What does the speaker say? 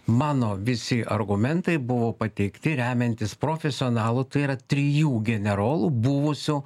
mano visi argumentai buvo pateikti remiantis profesionalų tai yra trijų generolų buvusių